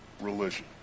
religion